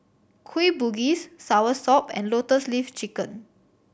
Kueh Bugis soursop and Lotus Leaf Chicken